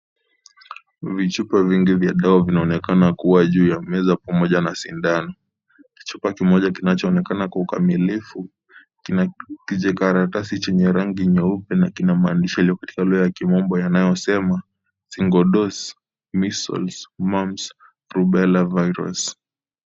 Vichupa vingi vya dawa vinaonekana kuwa juu ya meza pamoja na sindano. Kichupa kimoja kinachoonekana kwa ukamilifu na kijikaratasi chenye rangi nyeupe na kinamaandishi yaliyo katika lugha ya kimombo yanayosema (cs)single dose measles mums provela virus (cs).